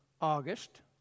august